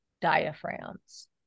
diaphragms